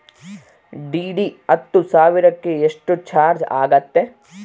DD ಹತ್ತು ಸಾವಿರಕ್ಕೆ ಎಷ್ಟು ಚಾಜ್೯ ಆಗತ್ತೆ?